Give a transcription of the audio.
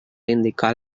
indicar